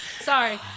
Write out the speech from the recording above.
Sorry